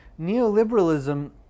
neoliberalism